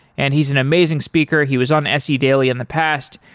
and he's an amazing speaker. he was on se daily in the past.